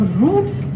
roots